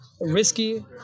risky